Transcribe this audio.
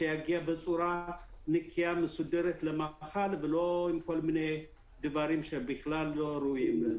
שיגיע בצורה נקיה מסודרת למאכל ולא עם כל מני דברים שבכלל לא ראויים.